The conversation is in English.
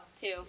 two